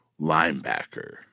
linebacker